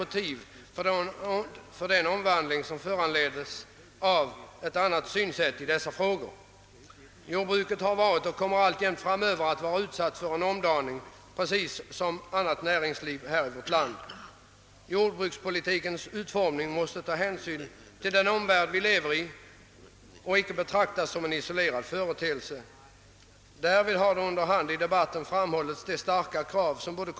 Beträffande överskottsproblemen blir man något betänksam inför de möjligheter de nya riktlinjerna beträffande rationaliseringsåtgärder ger i fråga om bidrag och lån. Det torde vara svårt att nå målsättningen en minskad produktion, såvida man inte är återhållsam och försiktig när det gäller att stimulera insatser på detta nya område.